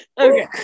Okay